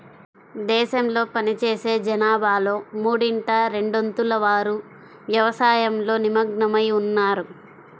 దేశంలో పనిచేసే జనాభాలో మూడింట రెండొంతుల వారు వ్యవసాయంలో నిమగ్నమై ఉన్నారు